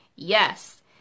Yes